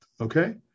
okay